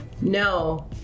no